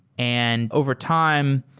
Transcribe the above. and over time,